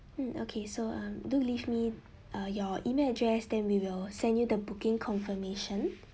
mm okay so um do leave me uh your email address then we will send you the booking confirmation